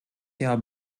jahr